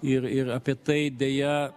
ir ir apie tai deja